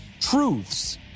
truths